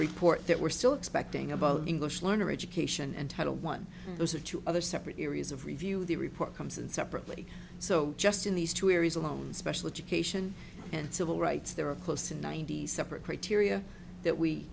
report that we're still expecting about english learner education and title one those are two other separate areas of review the report comes in separately so just in these two areas alone special education and civil rights there are close to ninety separate criteria that we